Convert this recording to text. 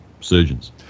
surgeons